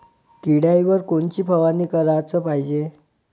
किड्याइवर कोनची फवारनी कराच पायजे?